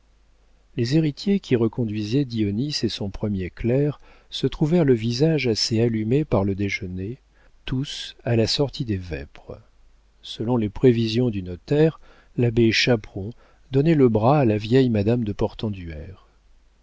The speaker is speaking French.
les héritiers qui reconduisaient dionis et son premier clerc se trouvèrent le visage assez allumé par le déjeuner tous à la sortie des vêpres selon les prévisions du notaire l'abbé chaperon donnait le bras à la vieille madame de